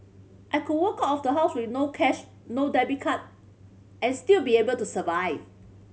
I could walk of the house with no cash no debit card and still be able to survive